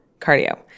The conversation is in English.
cardio